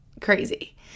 crazy